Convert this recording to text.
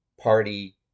party